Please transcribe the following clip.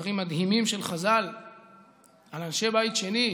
דברים מדהימים של חז"ל על אנשי בית שני,